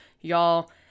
y'all